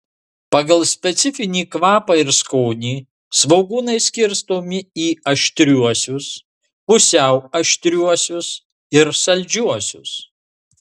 pagal specifinį kvapą ir skonį svogūnai skirstomi į aštriuosius pusiau aštriuosius ir saldžiuosius